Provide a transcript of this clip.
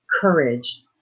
courage